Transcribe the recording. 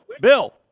Bill